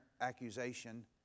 accusation